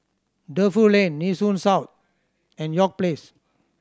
Defu Lane Nee Soon South and York Place